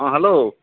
ହଁ ହେଲୋ